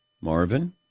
Marvin